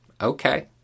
Okay